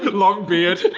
long beard.